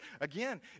again